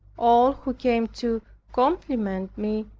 all who came to compliment me,